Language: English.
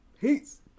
peace